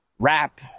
rap